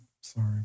Sorry